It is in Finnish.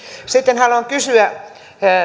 sitten haluan kysyä